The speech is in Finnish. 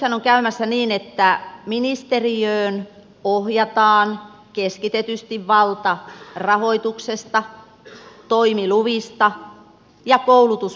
nythän on käymässä niin että ministeriöön ohjataan keskitetysti valta rahoituksesta toimiluvista ja koulutuspaikoista